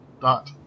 dot